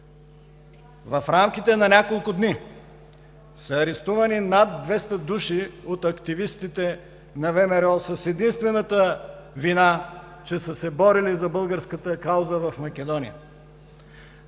В рамките на няколко дни са арестувани над 200 души от активистите на ВМРО с единствената вина, че са се борили за българската кауза в Македония.